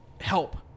help